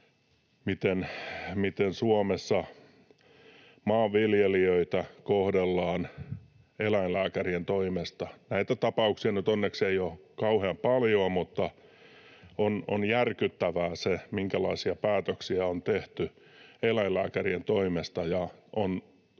miten Suomessa maanviljelijöitä kohdellaan eläinlääkärien toimesta. Näitä tapauksia nyt onneksi ei ole kauhean paljoa, mutta on järkyttävää, minkälaisia päätöksiä on tehty eläinlääkärien toimesta,